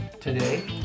today